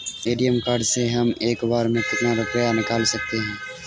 ATM card से हम एक बार में कितना रुपया निकाल सकते हैं?